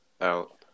Out